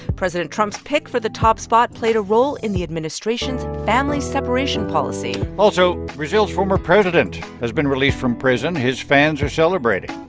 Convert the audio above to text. president trump's pick for the top spot played a role in the administration's family separation policy also, brazil's former president has been released from prison. his fans are celebrating